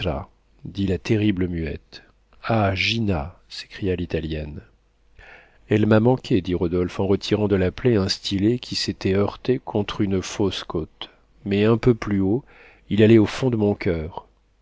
la terrible muette ah gina s'écria l'italienne elle m'a manqué dit rodolphe en retirant de la plaie un stylet qui s'était heurté contre une fausse côte mais un peu plus haut il allait au fond de mon coeur